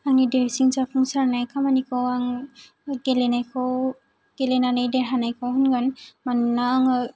आंनि देरसिन जाफुंसारनाय खामानिखौ आं गेलेनायखौ गेलेनानै देरहानायखौ होनगोन मानोना आङो